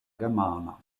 germana